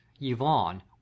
Yvonne